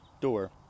Door